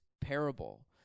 parable